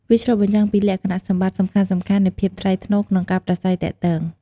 វាឆ្លុះបញ្ចាំងពីលក្ខណៈសម្បត្តិសំខាន់ៗនៃភាពថ្លៃថ្នូរ ក្នុងការប្រាស្រ័យទាក់ទង។